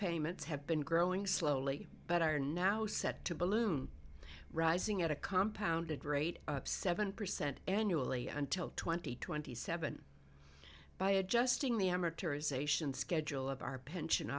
payments have been growing slowly but are now set to balloon rising at a compound and rate of seven percent annually until twenty twenty seven by adjusting the amortization schedule of our p